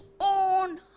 own